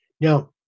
now